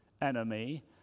enemy